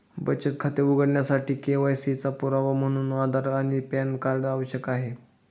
बचत खाते उघडण्यासाठी के.वाय.सी चा पुरावा म्हणून आधार आणि पॅन कार्ड आवश्यक आहे